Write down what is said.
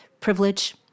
privilege